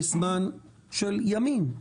בזמן של ימים,